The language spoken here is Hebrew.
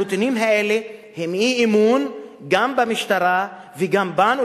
הנתונים האלה הם אי-אמון גם במשטרה וגם בנו,